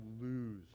lose